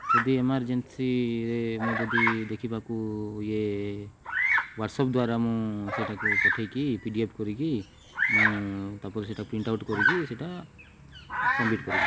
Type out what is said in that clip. ଯଦି ଏମାର୍ଜେନ୍ସିରେ ମୁଁ ଯଦି ଦେଖିବାକୁ ଇଏ ହ୍ଵାଟସ୍ଅପ୍ ଦ୍ଵାରା ମୁଁ ସେଇଟାକୁ ପଠେଇକି ପି ଡି ଏଫ୍ କରିକି ମୁଁ ତାପରେ ସେଇଟା ପ୍ରିଣ୍ଟ୍ ଆଉଟ୍ କରିକି ସେଇଟା ସବ୍ମିଟ୍ କରିବି